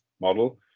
model